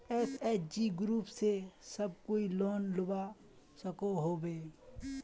SHG group से सब कोई लोन लुबा सकोहो होबे?